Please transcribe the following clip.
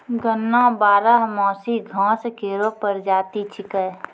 गन्ना बारहमासी घास केरो प्रजाति छिकै